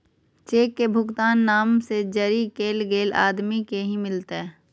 cheque के भुगतान नाम से जरी कैल गेल आदमी के ही मिलते